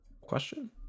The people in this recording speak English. question